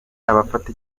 afata